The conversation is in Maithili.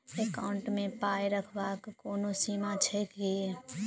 एकाउन्ट मे पाई रखबाक कोनो सीमा छैक की?